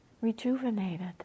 rejuvenated